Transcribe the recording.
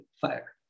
fire